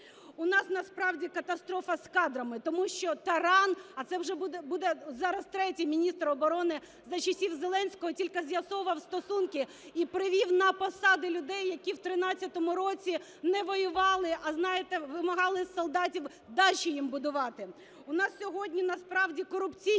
У нас насправді катастрофа з кадрами. Тому що Таран, а це вже буде зараз третій міністр оборони за часів Зеленського, тільки з'ясовував стосунки і привів на посади людей, які в 13-му році не воювали, а, знаєте, вимагали з солдатів дачі їм будувати. У нас сьогодні насправді корупційні